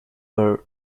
were